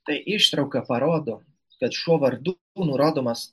tai ištrauka parodo kad šiuo vardu nurodomas